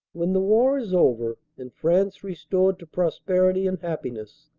when the war is over and france restored to prosperity and happiness,